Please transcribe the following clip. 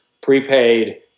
prepaid